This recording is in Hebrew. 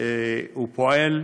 הוא פועל: